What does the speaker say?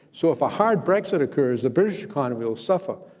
so if a hard brexit occurs, the british economy will suffer,